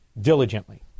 diligently